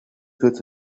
got